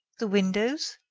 the windows.